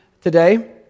today